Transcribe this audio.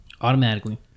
Automatically